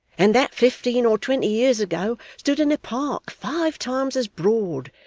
and that fifteen or twenty years ago stood in a park five times as broad,